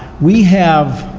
we have,